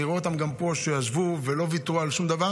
אני לא יודע אם בכלל היה אפשר לחשוב על אפשרות לגבות